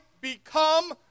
become